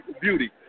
beauty